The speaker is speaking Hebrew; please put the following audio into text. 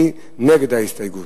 מי נגד ההסתייגות?